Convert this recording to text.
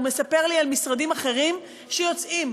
הוא מספר לי על משרדים אחרים שיוצאים.